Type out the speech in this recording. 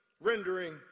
rendering